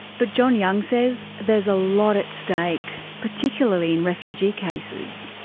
but john young says, there's a lot at stake, particularly in refugee cases.